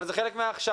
אבל זה חלק מההכשרה.